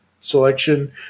selection